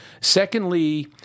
Secondly